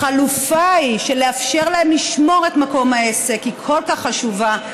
החלופה של לאפשר להן לשמור את מקום העסק היא כל כך חשובה.